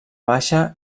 baixa